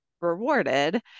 rewarded